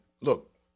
Look